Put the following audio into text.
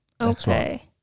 okay